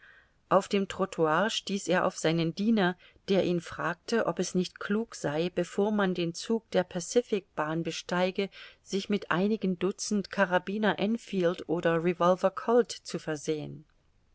auf dem trottoir stieß er auf seinen diener der ihn fragte ob es nicht klug sei bevor man den zug der pacific bahn besteige sich mit einigen dutzend carabiner enfield oder revolver colt zu versehen